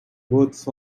words